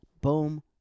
Boom